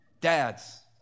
Dads